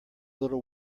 little